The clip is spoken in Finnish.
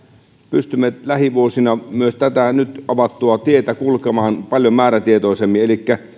pystymme lähivuosina myös tätä nyt avattua tietä kulkemaan paljon määrätietoisemmin